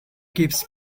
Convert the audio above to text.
keeps